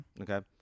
Okay